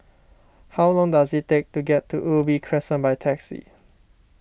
how long does it take to get to Ubi Crescent by taxi